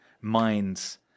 minds